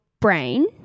brain